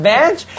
Bench